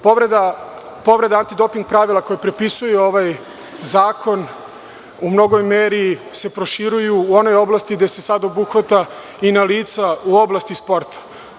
Povreda antidoping pravila koje propisuje ovaj zakon u mnogoj meri se proširuju u onoj oblasti, gde se sada obuhvata i na lica u oblasti sporta.